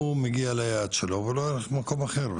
הוא מגיע ליעד שלו ולא הולך למקום אחר.